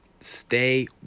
stay